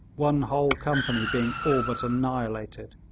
one whole company being all but annihilated.